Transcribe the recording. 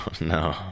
no